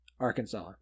Arkansas